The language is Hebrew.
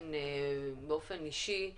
באופן אישי,